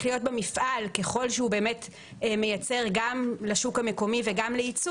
להיות במפעל - ככל שהוא באמת מייצר גם לשוק המקומי וגם לייצוא